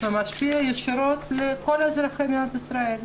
ומשפיע ישירות על כל אזרחי מדינת ישראל.